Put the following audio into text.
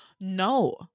no